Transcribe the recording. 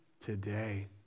today